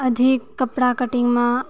अधिक कपड़ा कटिङ्गमे